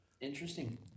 Interesting